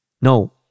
no